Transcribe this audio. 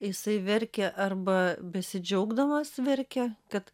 jisai verkia arba besidžiaugdamas verkia kad